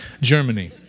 Germany